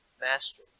Master